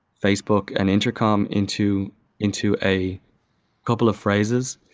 facebook and intercom into into a couple of phrases,